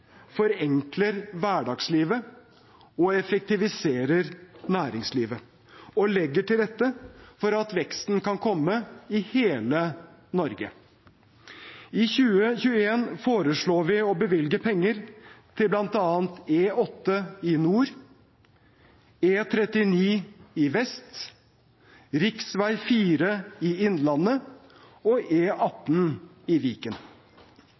forenkler hverdagslivet og effektiviserer næringslivet – og legger til rette for at veksten kan komme i hele Norge. I 2021 foreslår vi å bevilge penger til bl.a. E8 i nord, E39 i vest, rv. 4 i Innlandet og E18 i Viken.